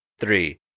three